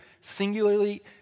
singularly